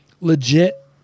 legit